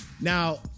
Now